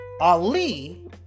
Ali